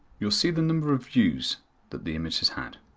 you will see the number of views that the image has had.